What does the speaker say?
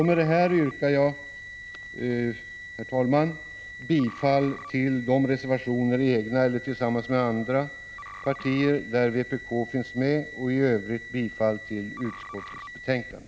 Med detta yrkar jag, herr talman, bifall till de reservationer — egna eller tillsammans med andra partier — där vpk finns med och i övrigt bifall till utskottets betänkande.